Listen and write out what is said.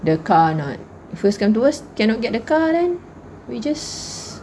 the car not first contours cannot get the car then we just